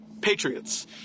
Patriots